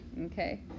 Okay